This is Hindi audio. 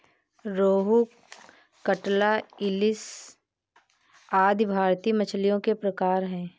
रोहू, कटला, इलिस आदि भारतीय मछलियों के प्रकार है